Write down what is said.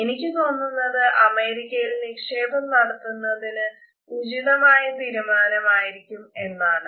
എനിക്ക് തോന്നുന്നത് അമേരിക്കയിൽ നിക്ഷേപം നടത്തുന്നത് ഉചിതമായ തീരുമാനമായിരിക്കും എന്നാണ്